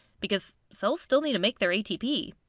because cells still need to make their atp.